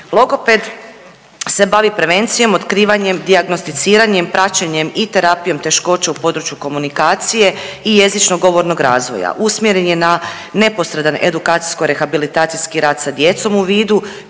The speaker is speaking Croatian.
Logoped se bavi prevencijom, otkrivanjem, dijagnosticiranjem, praćenjem i terapijom teškoća u području komunikacije i jezičnog govornog razvoja, usmjeren je na neporedan edukacijsko rehabilitacijski rad sa djecom u vidu